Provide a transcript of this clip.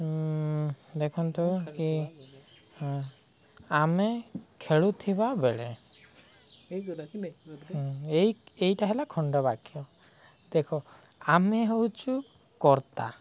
ଦେଖନ୍ତୁ କି ଆମେ ଖେଳୁଥିବା ବେଳେ ଏଇଟା ହେଲା ଖଣ୍ଡବାକ୍ୟ ଦେଖ ଆମେ ହେଉଛୁ କର୍ତ୍ତା